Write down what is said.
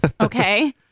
Okay